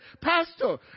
Pastor